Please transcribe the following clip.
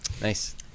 Nice